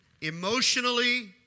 emotionally